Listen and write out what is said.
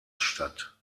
statt